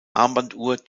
armbanduhr